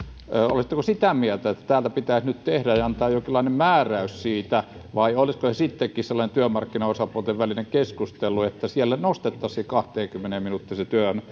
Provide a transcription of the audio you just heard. olisitteko sitä mieltä että tämä pitäisi nyt tehdä ja antaa jonkinlainen määräys siitä vai olisiko se sittenkin sellainen työmarkkinaosapuolten välinen keskustelu että siellä nostettaisiin se työajan lisäys kahteenkymmeneen minuuttiin